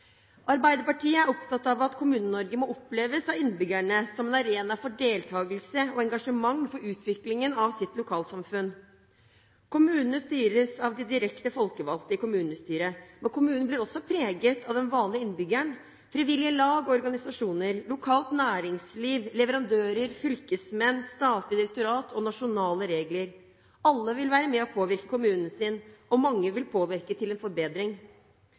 Arbeiderpartiet er opptatt av at Kommune-Norge må oppleves av innbyggerne som en arena for deltakelse og engasjement for utviklingen av sitt lokalsamfunn. Kommunene styres av de direkte folkevalgte i kommunestyret, men kommunen blir også preget av den vanlige innbygger, frivillige lag og organisasjoner, lokalt næringsliv, leverandører, fylkesmenn, statlige direktorat og nasjonale regler. Alle vil være med og påvirke kommunen sin, og mange vil påvirke til en forbedring.